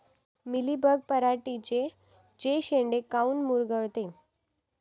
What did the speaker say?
Mealybug पराटीचे चे शेंडे काऊन मुरगळते?